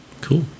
cool